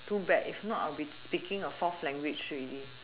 too bad if not I'll be speaking a fourth language already